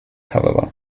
however